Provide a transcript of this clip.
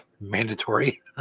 Mandatory